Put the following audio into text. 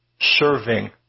serving